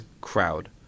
Crowd